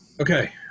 okay